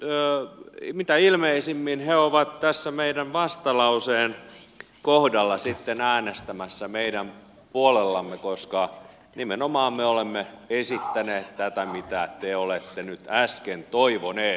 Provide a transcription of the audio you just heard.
nyt mitä ilmeisimmin he ovat tässä meidän vastalauseemme kohdalla sitten äänestämässä meidän puolellamme koska nimenomaan me olemme esittäneet tätä mitä te olette nyt äsken toivoneet